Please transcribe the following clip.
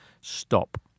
stop